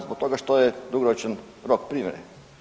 Zbog toga što je dugoročan rok primjene.